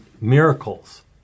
miracles